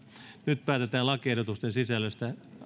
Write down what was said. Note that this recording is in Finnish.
nyt päätetään lakiehdotusten sisällöstä